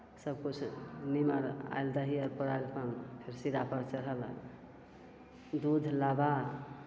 सबकिछु निमर आएल दही आएल पौरैल हँ फेर सिद्धापर चढ़ल दूध लाबा